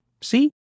See